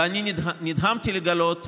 ואני נדהמתי לגלות,